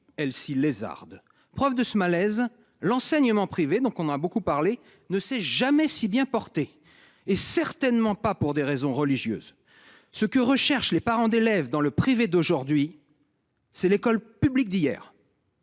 elle si lézardes preuve de ce malaise, l'enseignement privé, donc on a beaucoup parlé ne sait jamais si bien porté et certainement pas pour des raisons religieuses. Ce que recherchent les parents d'élèves dans le privé d'aujourd'hui. C'est l'école publique d'hier.